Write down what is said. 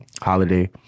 holiday